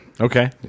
Okay